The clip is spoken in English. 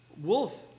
Wolf